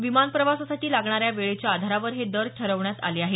विमान प्रवासासाठी लागणाऱ्या वेळेच्या आधारावर हे दर ठरवण्यात आले आहेत